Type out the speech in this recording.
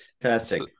fantastic